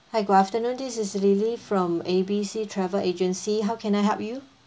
hi good afternoon this is lily from A B C travel agency how can I help you